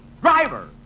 Driver